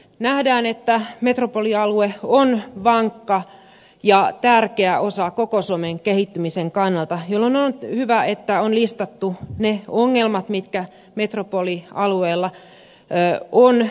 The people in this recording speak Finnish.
nähdään että metropolialue on vankka ja tärkeä osa koko suomen kehittymisen kannalta jolloin on hyvä että on listattu ne ongelmat mitä metropolialueella on